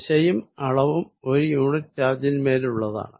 ദിശയും അളവും ഒരു യൂണിറ്റ് ചാർജിൻമേലുള്ളതാണ്